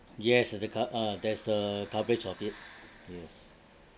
yes there a co~ uh there's a coverage of it yes